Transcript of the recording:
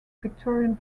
victorian